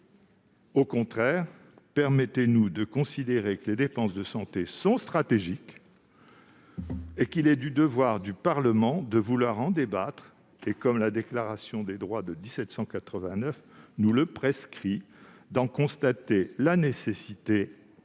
Au contraire, permettez-nous de considérer que les dépenses de santé sont stratégiques et qu'il est du devoir du Parlement de vouloir en débattre et, comme la Déclaration des droits de l'homme et du citoyen nous le prescrit, d'en « constater la nécessité » et d'en